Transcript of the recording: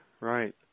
right